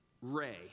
ray